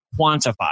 quantify